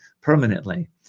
permanently